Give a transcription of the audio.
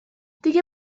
دیگه